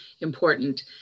important